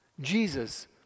Jesus